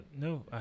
No